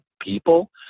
people